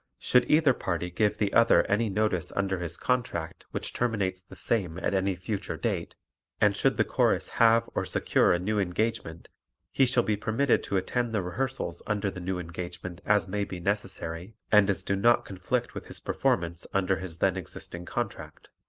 should either party give the other any notice under his contract which terminates the same at any future date and should the chorus have or secure a new engagement he shall be permitted to attend the rehearsals under the new engagement as may be necessary and as do not conflict with his performance under his then existing contract.